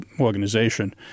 organization